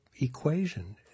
equation